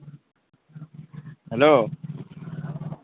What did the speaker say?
hello